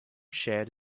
shared